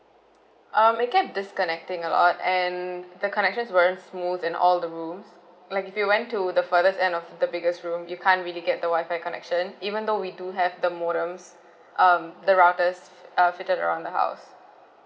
um it kept disconnecting a lot and the corrections weren't smooth in all the rooms like if you went to the furthest end of the biggest room you can't really get the wifi connection even though we do have the modems um the routers uh fitted around the house